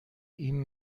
این